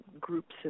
groups